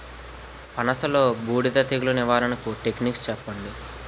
పనస లో బూడిద తెగులు నివారణకు టెక్నిక్స్ చెప్పండి?